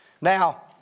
Now